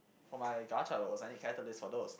for my also I need catalyst for those